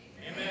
Amen